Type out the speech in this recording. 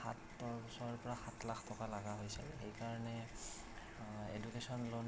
সাত ছয়ৰপৰা সাত লাখ টকা লগা হৈছিল সেইকাৰণে এডুকেশ্যন লোন